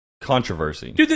controversy